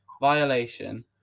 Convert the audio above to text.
violation